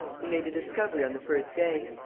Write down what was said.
he made a discovery on the first day.